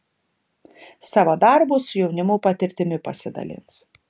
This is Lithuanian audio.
savo darbo su jaunimu patirtimi pasidalins